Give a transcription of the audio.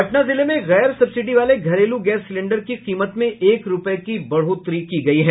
पटना जिले में गैर सब्सिडी वाले घरेलू गैस सिलेंडर की कीमत में एक रूपये की बढ़ोतरी की गयी है